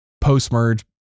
post-merge